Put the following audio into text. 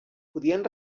podien